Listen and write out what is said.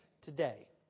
today